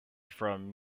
from